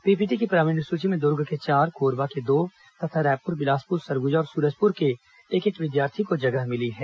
PPT की top ten सूची में दुर्ग के चार कोरबा के दो तथा रायपुर बिलासपुर सरगुजा और सूरजपुर के एक एक विद्यार्थी को जगह मिली है